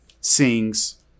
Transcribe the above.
sings